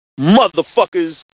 motherfuckers